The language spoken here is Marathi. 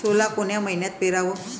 सोला कोन्या मइन्यात पेराव?